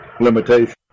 limitation